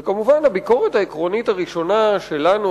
וכמובן הביקורת העקרונית הראשונה שלנו